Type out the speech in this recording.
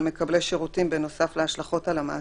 מקבלי שירותים בנוסף להשלכות על המעסיק,